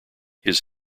his